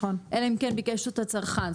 אלא אם כן ביקש אותה צרכן.